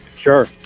Sure